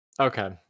okay